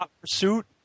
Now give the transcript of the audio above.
Pursuit